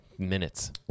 minutes